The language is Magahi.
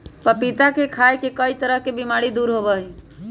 पपीता के खाय से कई तरह के बीमारी दूर होबा हई